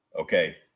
okay